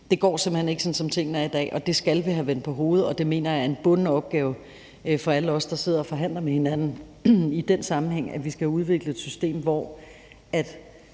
hen ikke, sådan som tingene er i dag, og det skal vi have vendt på hovedet, og det mener jeg er en bunden opgave for alle os, der sidder og forhandler med hinanden. I den sammenhæng skal vi have udviklet et system, hvor